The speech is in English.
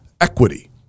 equity